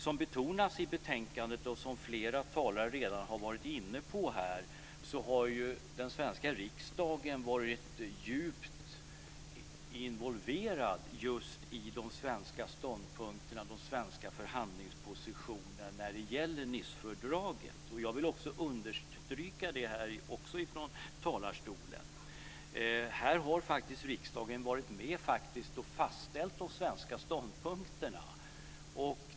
Som betonas i betänkandet, och som flera talare redan har varit inne på här, har den svenska riksdagen varit djupt involverad just i de svenska ståndpunkterna och de svenska förhandlingspositionerna när det gäller Nicefördraget. Jag vill också understryka det från talarstolen. Här har riksdagen varit med och fastställt de svenska ståndpunkterna.